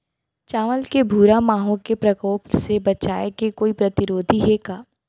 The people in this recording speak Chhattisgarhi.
चांवल के भूरा माहो के प्रकोप से बचाये के कोई प्रतिरोधी हे का?